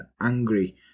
angry